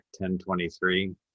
1023